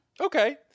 Okay